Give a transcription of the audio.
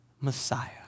Messiah